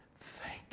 thank